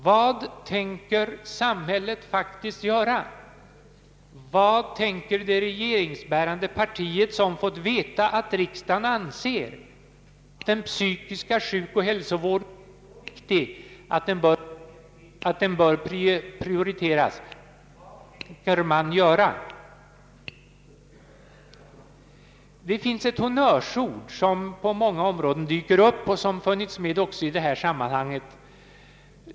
Vad tänker samhället faktiskt göra? Vad tänker det regeringsbärande partiet som fått veta att riksdagen anser den psykiska sjukoch hälsovården så viktig att den bör prioriteras? Vad tänker man göra? Det finns ett honnörsord som dyker upp på många områden och som funnits med också i detta sammanhang.